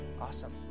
Awesome